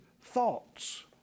thoughts